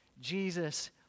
Jesus